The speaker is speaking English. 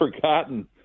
forgotten